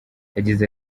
yagize